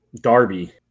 Darby